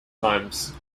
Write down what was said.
times